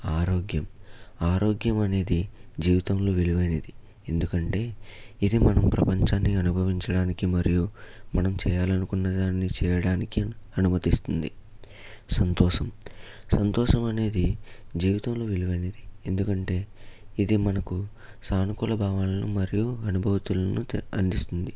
ఆరోగ్యం ఆరోగ్యం అనేది జీవితంలో విలువైనది ఎందుకంటే ఇది మనం ప్రపంచాన్ని అనుభవించడానికి మరియు మనం చేయాలనుకున్న దాన్ని చేయడానికి అనుమతిస్తుంది సంతోషం సంతోషం అనేది జీవితంలో విలువైనది ఎందుకంటే ఇది మనకు సానుకూల భావాలను మరియు అనుభూతులను అందిస్తుంది